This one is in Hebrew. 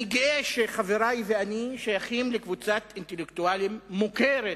אני גאה שחברי ואני שייכים לקבוצת אינטלקטואלים מוכרת,